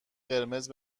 قرمز